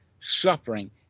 suffering